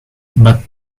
but